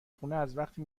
خونه، ازوقتی